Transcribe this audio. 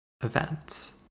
events